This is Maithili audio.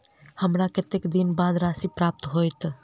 हमरा कत्तेक दिनक बाद राशि प्राप्त होइत?